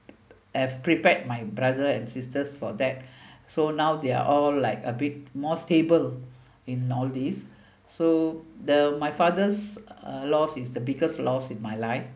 have prepared my brother and sisters for that so now they're all like a bit more stable in all this so the my father's uh loss is the biggest loss in my life